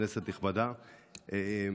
כנסת נכבדה,